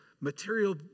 material